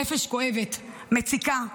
הנפש כואבת, מציקה,